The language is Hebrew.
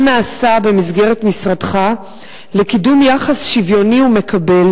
מה נעשה במסגרת משרדך לקידום יחס שוויוני ומקבל